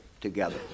together